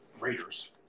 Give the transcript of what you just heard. Raiders